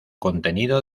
contenido